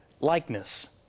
likeness